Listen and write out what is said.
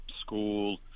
school